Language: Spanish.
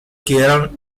quedaron